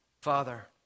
Father